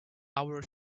our